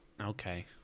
okay